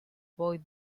boy